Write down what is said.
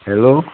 hello